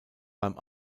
beim